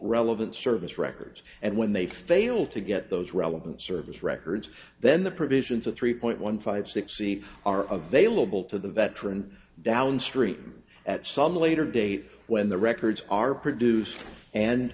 relevant service records and when they fail to get those relevant service records then the provisions of three point one five six c are of vailable to the veteran downstream at some later date when the records are produced and